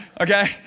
Okay